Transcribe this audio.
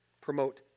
promote